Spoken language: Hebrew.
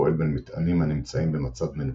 הפועל בין מטענים הנמצאים במצב מנוחה,